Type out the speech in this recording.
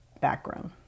background